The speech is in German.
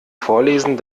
vorlesen